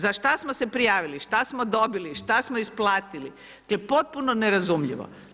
Za šta smo se prijavili, šta smo dobili, šta smo isplatili, dakle, potpuno nerazumljivo.